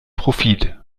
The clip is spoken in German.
profit